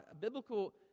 Biblical